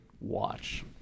watch